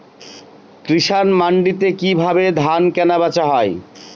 কৃষান মান্ডিতে কি ভাবে ধান কেনাবেচা হয়?